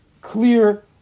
clear